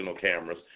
cameras